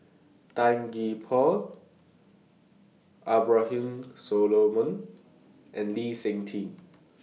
Tan Gee Paw Abraham Solomon and Lee Seng Tee